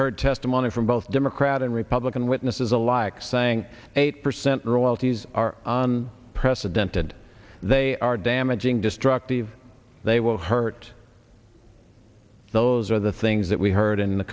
heard testimony from both democrat and republican witnesses alike saying eight percent royalties are on precedented they are damaging destructive they will hurt those are the things that we heard in the